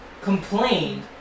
complained